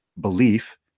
belief